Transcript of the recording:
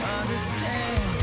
understand